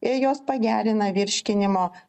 ir jos pagerina virškinimo